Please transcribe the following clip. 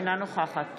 אינה נוכחת